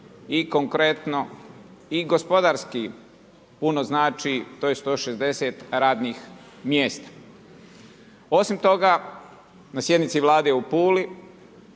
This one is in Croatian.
i konkretno i gospodarski puno znači to je 160 radnih mjesta. Osim toga, na sjednici Vlade u Puli,